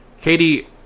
Katie